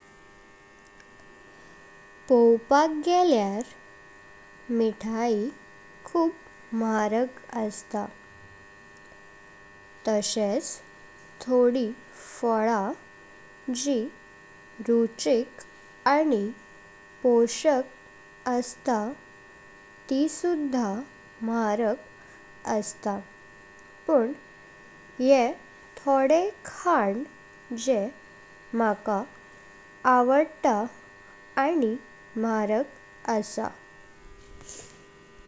पवपाक गेलय मिठाई खुब म्हारग असता तस्हेच थोडी फला जी रुचिक आनी पोशक असता। ती सुद्धा म्हारग असता पण ह्ये थोडे खान जे म्हाका आवडता आनी म्हारग आस।